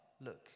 Look